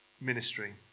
ministry